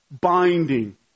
binding